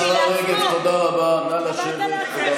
השרה רגב, תודה רבה, נא לשבת.